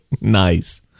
Nice